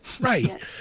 Right